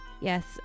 Yes